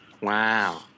Wow